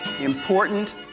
Important